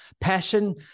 passion